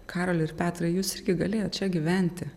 karoli ir petrai jūs irgi galėjot čia gyventi